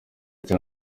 cya